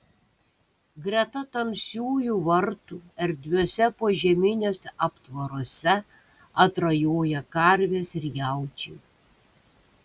greta tamsiųjų vartų erdviuose požeminiuose aptvaruose atrajoja karvės ir jaučiai